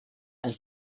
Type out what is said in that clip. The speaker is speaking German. ein